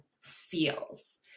feels